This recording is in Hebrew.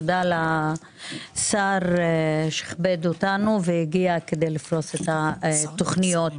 תודה לשר שכיבד אותנו והגיע כדי לפרוס את התוכניות.